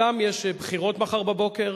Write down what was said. אצלם יש בחירות מחר בבוקר,